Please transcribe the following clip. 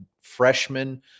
freshman